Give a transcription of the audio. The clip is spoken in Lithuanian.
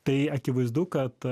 tai akivaizdu kad